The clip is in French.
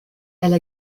elle